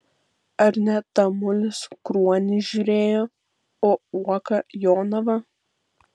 ar ne tamulis kruonį žiūrėjo o uoka jonavą